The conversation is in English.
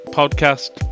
podcast